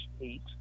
eight